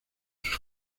sus